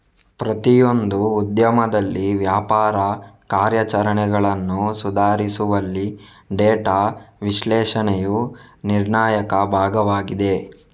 ಪ್ರತಿಯೊಂದು ಉದ್ಯಮದಲ್ಲಿ ವ್ಯಾಪಾರ ಕಾರ್ಯಾಚರಣೆಗಳನ್ನು ಸುಧಾರಿಸುವಲ್ಲಿ ಡೇಟಾ ವಿಶ್ಲೇಷಣೆಯು ನಿರ್ಣಾಯಕ ಭಾಗವಾಗಿದೆ